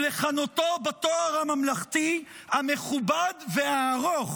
ולכנותו בתואר הממלכתי המכובד והארוך: